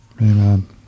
amen